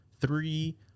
three